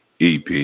EP